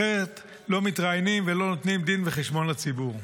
אחרת לא מתראיינים ולא נותנים דין וחשבון לציבור.